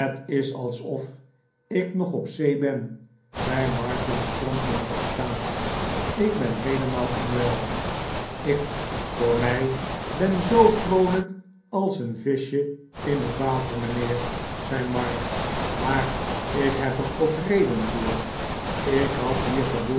is alsof ik nog op zee ben zei martin strompelend opstaand ik ben heelemaal onwel ik voor mij ben zoo vroolijk als een vischje in het water mijnheer zei mark maar ik heb er ook rederi voor ik had hier